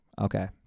Okay